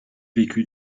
vécut